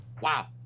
Wow